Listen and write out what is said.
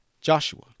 Joshua